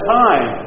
time